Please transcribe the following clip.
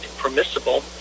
permissible